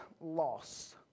loss